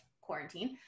quarantine